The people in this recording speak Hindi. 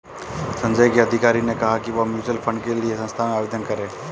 संजय के अधिकारी ने कहा कि वह म्यूच्यूअल फंड के लिए संस्था में आवेदन करें